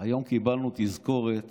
היום קיבלנו תזכורת